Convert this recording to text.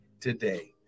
today